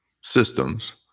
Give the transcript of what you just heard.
systems